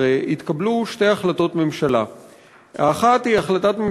במסגרת החלטת ממשלה מס'